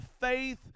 faith